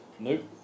Nope